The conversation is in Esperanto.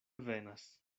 venas